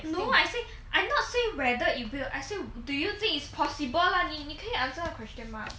no I say I'm not saying rather if you will I say do you think it's possible lah 你你可以 answer the question mah